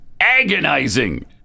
agonizing